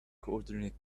coordinate